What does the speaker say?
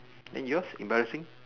then yours embarrassing